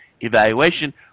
evaluation